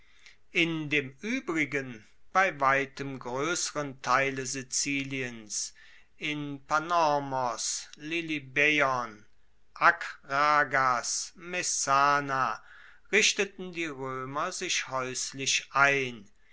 in dem uebrigen bei weitem groesseren teile siziliens in panormos lilybaeon akragas messana richteten die roemer sich haeuslich ein